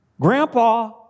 Grandpa